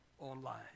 online